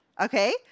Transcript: okay